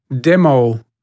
demo